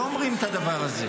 לא אומרים את הדבר הזה.